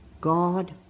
God